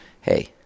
Hey